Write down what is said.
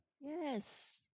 Yes